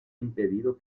impedido